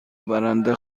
برنده